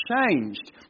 changed